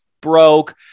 broke